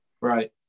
Right